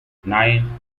nine